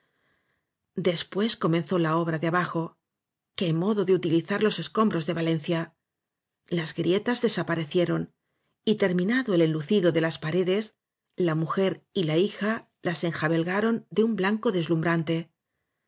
después comenzó la obra de abajo qué modo de utilizar los escombros de valencia las grietas desaparecieron y terminado el enlucido de las paredes la mujer y la hija las enjabelgaron de un blanco deslumbrante